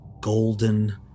golden